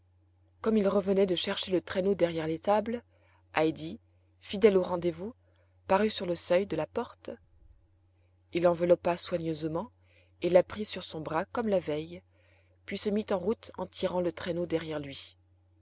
comme il revenait de chercher le traîneau derrière l'étable heidi fidèle au rendez-vous parut sur le seuil de la porte il l'enveloppa soigneusement et la prit sur son bras comme la veille puis se mit en route en tirant le traîneau derrière lui